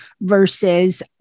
versus